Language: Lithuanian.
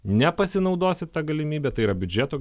nepasinaudosit ta galimybe tai yra biudžeto